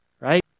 right